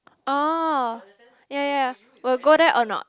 oh ya ya ya will go there or not